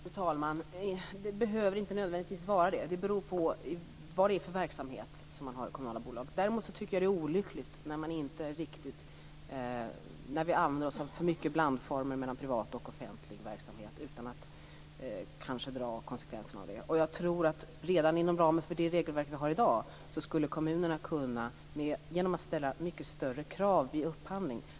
Fru talman! Den behöver inte nödvändigtvis vara det. Det beror på vad det är för verksamhet som man har i kommunala bolag. Däremot tycker jag att det är olyckligt när vi använder oss av för mycket blandformer av privat och offentlig verksamhet utan att kanske dra konsekvenserna av det. Jag tror att kommunerna redan inom ramen för det regelverk som vi har i dag skulle kunna ställa mycket högre krav vid upphandling.